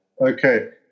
Okay